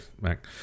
Mac